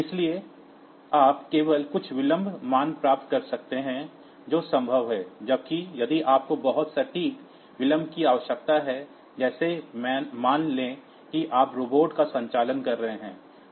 इसलिए आप केवल कुछ डिले मान प्राप्त कर सकते हैं जो संभव है जबकि यदि आपको बहुत सटीक डिले की आवश्यकता है जैसे मान लें कि आप रोबोट का संचालन कर रहे हैं